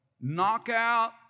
Knockout